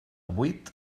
vuit